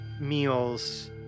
meals